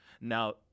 Now